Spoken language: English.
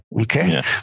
Okay